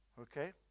Okay